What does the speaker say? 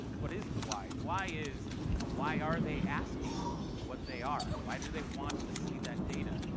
what is the why? the why is why are they asking what they are? why do they want to see that data.